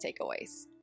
takeaways